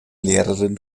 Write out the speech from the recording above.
lehrerin